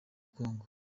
congo